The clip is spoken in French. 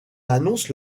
annoncent